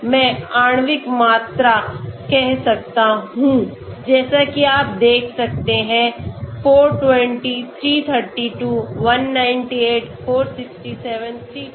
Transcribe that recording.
तो मैं आणविक मात्रा कह सकता हूं जैसा कि आप देख सकते हैं 420 332 198 467 359